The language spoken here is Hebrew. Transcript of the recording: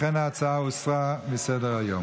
לכן, ההצעה הוסרה מסדר-היום.